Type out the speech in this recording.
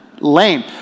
Lame